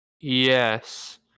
yes